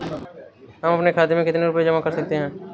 हम अपने खाते में कितनी रूपए जमा कर सकते हैं?